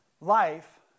Life